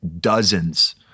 dozens